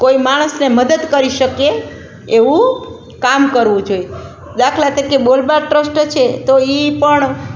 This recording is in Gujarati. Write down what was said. કોઈ માણસને મદદ કરી શકે એવું કામ કરવું જોઈએ દાખલા તરીકે બોલબાર ટ્રસ્ટ છે તો એ પણ